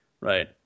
right